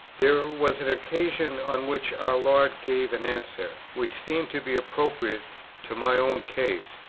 there was an occasion on which our lord gave an answer, which seemed to be appropriate to my own case,